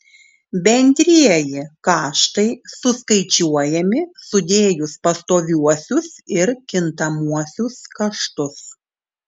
bendrieji kaštai suskaičiuojami sudėjus pastoviuosius ir kintamuosius kaštus